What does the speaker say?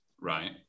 Right